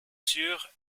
sure